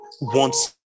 wants